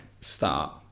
Start